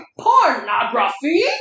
Pornography